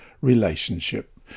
relationship